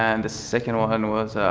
then, the second one was